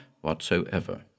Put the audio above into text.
whatsoever